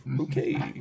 Okay